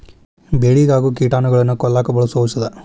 ಬೆಳಿಗೆ ಆಗು ಕೇಟಾನುಗಳನ್ನ ಕೊಲ್ಲಾಕ ಬಳಸು ಔಷದ